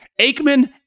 Aikman